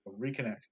Reconnect